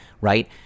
right